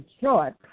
short